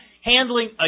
handling